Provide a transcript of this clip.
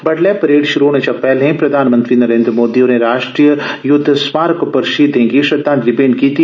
बड्डलै परेड श्रु होने शा पैहले प्रधान मधी नरेन्द्र मोदी होरें राश्ट्रीय यूद्ध स्मारक पर शहीदें गी श्रद्धाफ़लि भैंट कीती